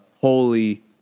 Holy